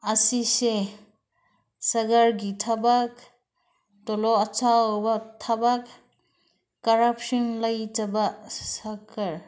ꯑꯁꯤꯁꯦ ꯁꯔꯀꯥꯔꯒꯤ ꯊꯕꯛ ꯇꯣꯂꯣꯞ ꯑꯆꯧꯕ ꯊꯕꯛ ꯀꯔꯞꯁꯟ ꯂꯩꯇꯕ ꯁꯔꯀꯥꯔ